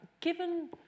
Given